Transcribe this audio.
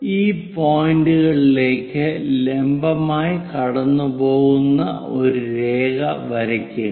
ഈ പോയിന്റുകളിലേക്ക് ലംബമായി കടന്നുപോകുന്ന ഒരു രേഖ വരയ്ക്കുക